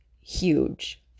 huge